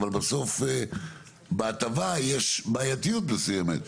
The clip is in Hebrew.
אבל בסוף בהטבה יש בעייתיות מסוימת.